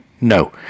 no